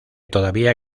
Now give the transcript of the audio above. todavía